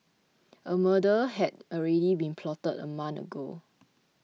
a murder had already been plotted a month ago